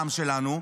לעם שלנו,